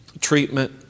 treatment